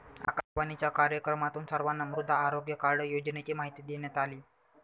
आकाशवाणीच्या कार्यक्रमातून सर्वांना मृदा आरोग्य कार्ड योजनेची माहिती देण्यात आली